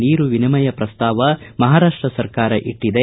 ನೀರು ವಿನಿಮಯ ಪ್ರಸ್ತಾವ ಮಹಾರಾಷ್ಟ ಸರ್ಕಾರ ಇಟ್ಟದೆ